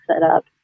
setup